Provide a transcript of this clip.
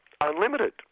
Unlimited